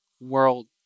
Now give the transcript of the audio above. world